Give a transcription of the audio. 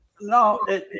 no